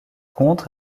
contre